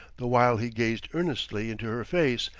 the while he gazed earnestly into her face,